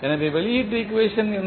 எனவே வெளியீட்டு ஈக்குவேஷன் என்ன